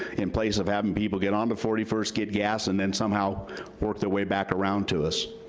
in place of having people get onto forty first, get gas, and then somehow work their way back around to us.